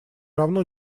равно